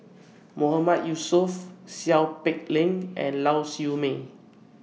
Mahmood Yusof Seow Peck Leng and Lau Siew Mei